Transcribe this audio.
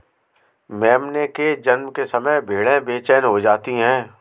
मेमने के जन्म के समय भेड़ें बेचैन हो जाती हैं